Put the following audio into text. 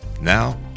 now